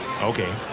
Okay